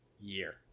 year